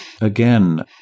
Again